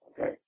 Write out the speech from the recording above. Okay